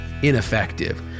Ineffective